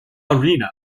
arena